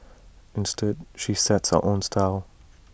instead she sets her own style